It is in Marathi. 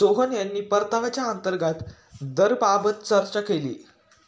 सोहन यांनी परताव्याच्या अंतर्गत दराबाबत चर्चा केली